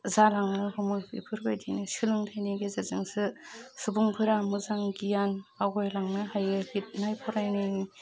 जालांनो हमो बेफोरबायदिनो सोलोंथाइनि गेजेरजोंसो सुबुंफोरा मोजां गियान आवायलांनो हायो बिदिनो फरायनायनि